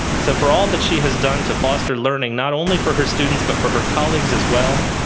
so for all that she has done to foster learning not only for her students but for her colleagues as well,